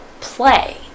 play